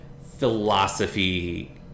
philosophy